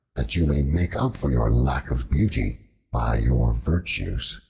that you may make up for your lack of beauty by your virtues.